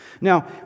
Now